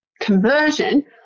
conversion